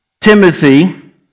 Timothy